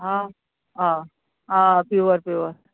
आं आं pure pure